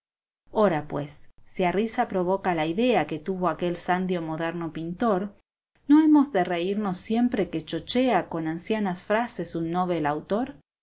ora pues si a risa provoca la idea que tuvo aquel sandio moderno pintor no hemos de reírnos siempre que chochea con ancianas frases un novel autor